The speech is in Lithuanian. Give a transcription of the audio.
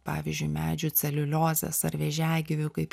pavyzdžiui medžių celiuliozės ar vėžiagyvių kaip